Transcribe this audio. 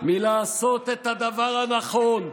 מלעשות את הדבר הנכון,